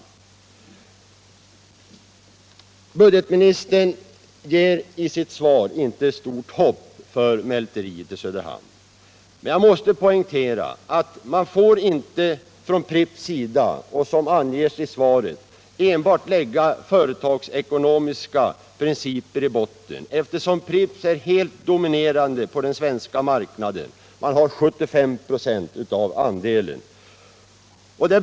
Budgetministern ger i sitt svar inte stort hopp för mälteriet i Söderhamn, men jag måste poängtera att man när det gäller Pripps inte enbart får — som anges i svaret — lägga företagsekonomiska principer till grund för investeringsbeslutet, eftersom Pripps är helt dominerande på den svenska marknaden; dess marknadsandel är 75 26.